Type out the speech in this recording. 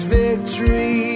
victory